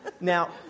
Now